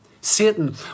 Satan